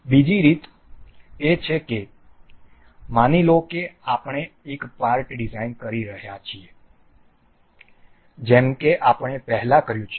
બીજી રીત એ છે કે માની લો કે આપણે એક પાર્ટ ડિઝાઇન કરી રહ્યા છીએ જેમ કે આપણે પહેલા કર્યું છે